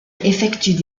effectuent